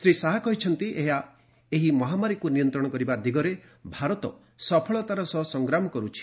ଶ୍ରୀ ଶାହା କହିଛନ୍ତି ଏହି ମହାମାରୀକୁ ନିୟନ୍ତ୍ରଣ କରିବା ଦିଗରେ ଭାରତ ସଫଳତାର ସହ ସଂଗ୍ରାମ କରୁଛି